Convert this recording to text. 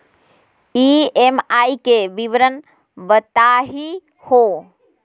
EMI के विवरण बताही हो?